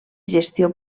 gestió